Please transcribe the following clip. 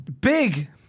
Big